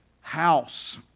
house